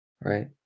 right